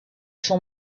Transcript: son